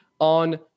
on